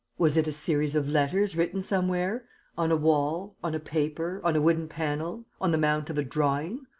was it a series of letters written somewhere on a wall, on a paper, on a wooden panel, on the mount of a drawing,